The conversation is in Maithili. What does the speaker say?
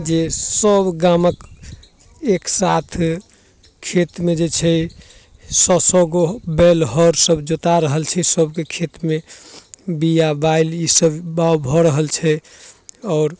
जे सब गामके एकसाथ खेतमे जे छै सओ सओ गो बैल हऽर सब जोता रहल छै सबके खेतमे बिआ बालि ईसब बाउग भऽ रहल छै आओर